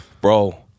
Bro